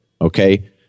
okay